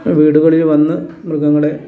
വീടുകളിൽ വന്നു മൃഗങ്ങളെ